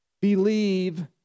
believe